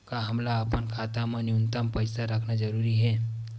का हमला अपन खाता मा न्यूनतम पईसा रखना जरूरी हे?